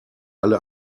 alle